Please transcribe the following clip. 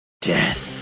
Death